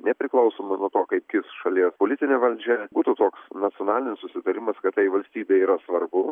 nepriklausomai nuo to kaip kis šalies politinė valdžia būtų toks nacionalinis susitarimas kad tai valstybei yra svarbu